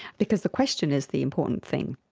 because the question is the important thing.